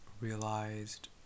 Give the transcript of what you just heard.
realized